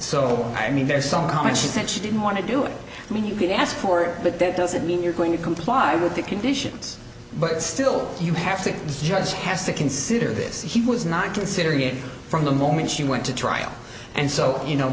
so i mean there's so much she said she didn't want to do i mean you could ask for it but that doesn't mean you're going to comply with the conditions but still you have to the judge has to consider this he was not considering it from the moment she went to trial and so you know